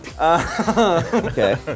Okay